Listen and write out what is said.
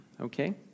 Okay